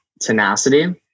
tenacity